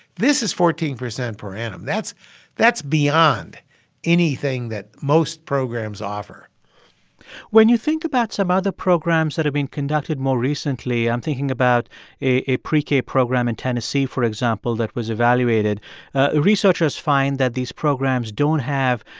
this is fourteen percent per annum. that's that's beyond anything that most programs offer when you think about some other programs that have been conducted more recently i'm thinking about a pre-k program in tennessee, for example, that was evaluated researchers find that these programs don't have,